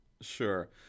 Sure